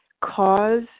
cause